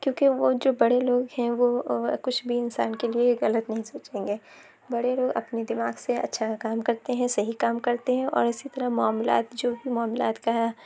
کیونکہ وہ جو بڑے لوگ ہیں وہ کچھ بھی انسان کے لیے غلط نہیں سوچیں گے بڑے لوگ اپنے دماغ سے اچھا کام کرتے ہیں صحیح کام کرتے ہیں اور اِسی طرح معاملات جو بھی معاملات کا